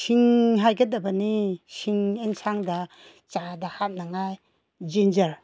ꯁꯤꯡ ꯍꯥꯏꯒꯗꯕꯅꯤ ꯁꯤꯡ ꯑꯦꯟꯁꯥꯡꯗ ꯆꯥꯗ ꯍꯥꯞꯅꯕ ꯖꯤꯟꯖꯔ